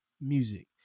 music